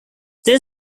there